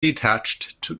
detached